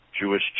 Jewish